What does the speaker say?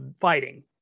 fighting